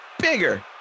bigger